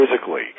physically